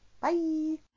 bye